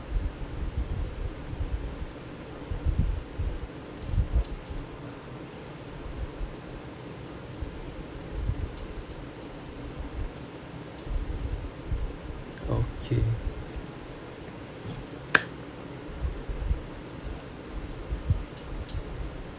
okay